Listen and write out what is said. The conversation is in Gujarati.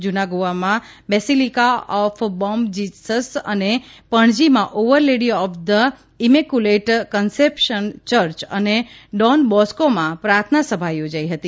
જૂના ગોવામાં બેસિલિકા ઓફ બોમ જીસસ અને પણજીમાં Our Lady of the Immaculate Conception Church અને ડોન બોસ્કોમાં પ્રાર્થના સભા યોજાઇ હતી